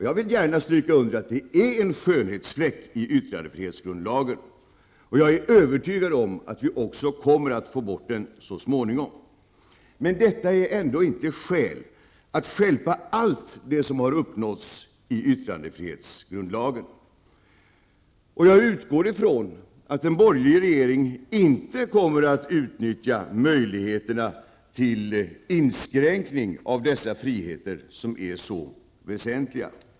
Jag vill gärna stryka under att det är en skönhetsfläck i yttrandefrihetsgrundlagen, och jag är övertygad om att vi också kommer att få bort den så småningom. Men detta är inte skäl att stjälpa allt det som har uppnåtts i yttrandefrihetsgrundlagen, och jag utgår ifrån att en borgerlig regering inte kommer att uttnyttja möjligheterna till inskränkning av dessa friheter, som är så väsentliga.